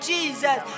Jesus